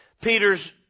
Peter's